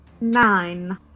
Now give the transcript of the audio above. Nine